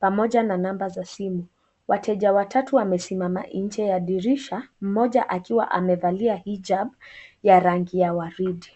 pamoja na namba za simu. Wateja watatu wamesimama nje ya dirisha , mmoja akiwa amevalia hijab ya rangi ya waridi.